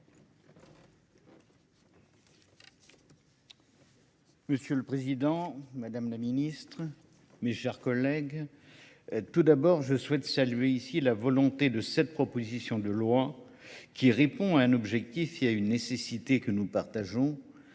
Monsieur le président, madame la ministre, mes chers collègues, tout d'abord, je souhaite saluer ici la volonté de cette proposition de loi qui répond à un objectif et à une nécessité que nous partageons,